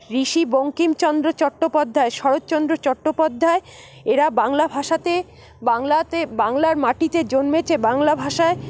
ঋষি বঙ্কিমচন্দ্র চট্টোপাধ্যায় শরৎচন্দ্র চট্টোপাধ্যায় এরা বাংলা ভাষাতে বাংলাতে বাংলার মাটিতে জন্মেছে বাংলা ভাষায়